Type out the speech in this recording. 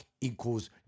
equals